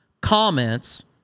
comments